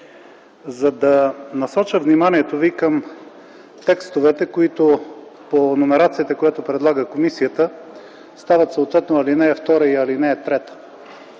за да насоча вниманието ви към текстовете, които по номерацията, която предлага комисията, стават съответно ал. 2 и ал. 3.